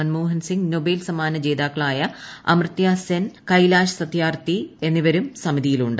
Manmohan Singh Nobel സമ്മാന ജേതാക്കളായ അമൃത്യാ സെൻ കൈലാഷ് സത്യാർത്ഥി എന്നിവരും സമിതിയിലുണ്ട്